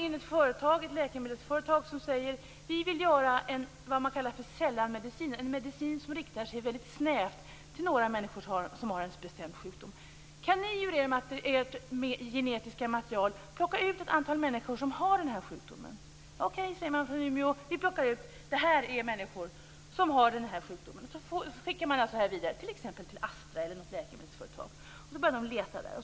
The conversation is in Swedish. Ett läkemedelsföretag säger: Vi vill göra en medicin som riktar sig väldigt snävt till några människor som har en speciell sjukdom. Kan ni ur ert genetiska material plocka ut ett antal som har den här sjukdomen? Okej, säger man från Umeå. Så plockar man fram det och skickar vidare till Astra eller något annat läkemedelsföretag.